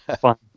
fun